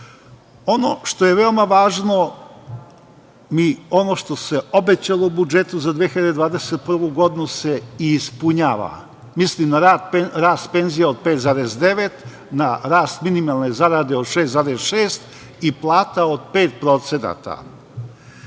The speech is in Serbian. što je veoma važno, ono što se obećalo u budžetu za 2021. godinu se i ispunjava. Mislim na rast penzija od 5,9, na rast minimalne zarade od 6,6 i plata od